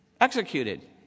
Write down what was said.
Executed